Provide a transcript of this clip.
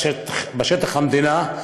בשטח המדינה,